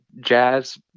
jazz